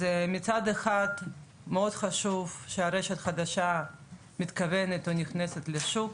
אז מצד אחד מאוד חשוב שרשת חדשה מתכוונת להיכנס לשוק,